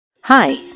Hi